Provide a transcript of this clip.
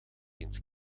eens